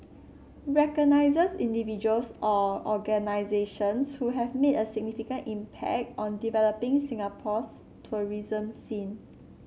recognises individuals or organisations who have made a significant impact on developing Singapore's tourism scene